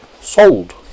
sold